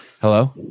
hello